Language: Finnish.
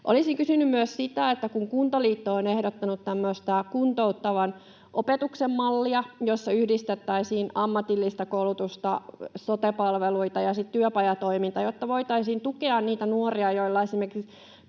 Olisin kysynyt myös sitä, kun Kuntaliitto on ehdottanut tämmöistä kuntouttavan opetuksen mallia, jossa yhdistettäisiin ammatillista koulutusta, sote-palveluita ja sitten työpajatoimintaa, jotta voitaisiin tukea niitä nuoria, joilla esimerkiksi